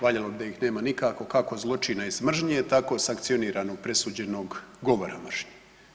Valjalo bi da ih nema nikako kako zločina iz mržnje, tako sankcioniranog presuđenog govora mržnje.